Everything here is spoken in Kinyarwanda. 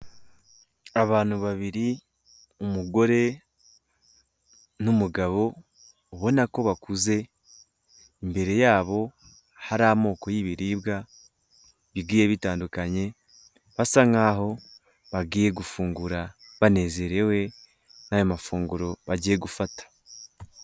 Abantu babiri; umugore n'umugabo ubona ko bakuze, imbere yabo hari amoko y'ibiribwa bigiye bitandukanye basa nkaho bagiye gufungura, banezerewe n'aya mafunguro bagiye gufata.